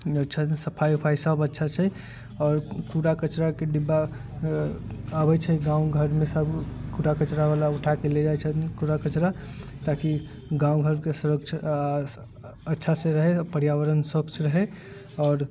अच्छासँ सफाइ वफाइ सभ अच्छासँ आओर कूड़ा कचराके डिब्बा आबै छै गाँव घरमे सभ कूड़ा कचरा बला उठाइके लय जाइ छथिन कूड़ा कचरा ताकि गाँव घरके स्वच्छ आ अच्छासँ रहै पर्यावरण स्वच्छ रहै आओर